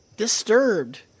disturbed